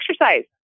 Exercise